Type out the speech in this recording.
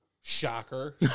Shocker